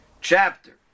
chapter